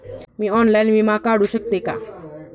मी online विमा काढू शकते का?